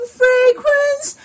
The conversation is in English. fragrance